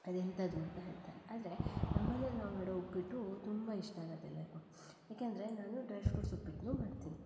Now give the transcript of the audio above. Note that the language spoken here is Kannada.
ಅದೆಂಥದ್ದು ಅಂತ ಹೇಳ್ತಾರೆ ಆದರೆ ನಮ್ಮನೇಲಿ ನಾವು ಮಾಡೋ ಉಪ್ಪಿಟ್ಟು ತುಂಬ ಇಷ್ಟ ಆಗುತ್ತೆ ಎಲ್ಲರಿಗೂ ಏಕೆಂದರೆ ನಾನು ಡ್ರೈ ಪ್ರೂಟ್ಸ್ ಉಪ್ಪಿಟ್ಟನ್ನೂ ಮಾಡ್ತೀನಿ